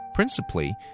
Principally